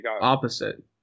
Opposite